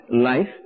life